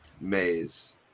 maze